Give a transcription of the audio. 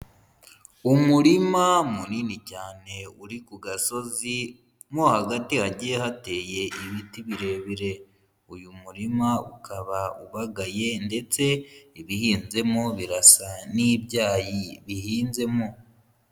Umurima munini cyane uri ku gasozi mo hagati agiye hateye ibiti birebire. Uyu murima ukaba ubagaye ndetse ibihinzemo birasa n'ibyayi bihinzemo.